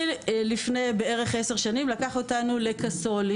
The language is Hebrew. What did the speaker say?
לפני בערך 10 שנים עומרי לקח אותנו לקאסול .